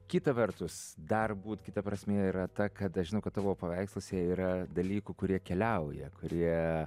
kita vertus dar būt kita prasmė yra ta kad aš žinau kad tavo paveiksluose yra dalykų kurie keliauja kurie